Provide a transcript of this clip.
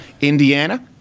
Indiana